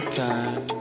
time